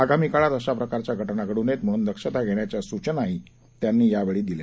आगामीकाळातअशाप्रकारच्याघटनाघडूनयेम्हणूनदक्षताघेण्याच्यासूचनाहीत्यांनीयावेळी दिल्या